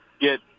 get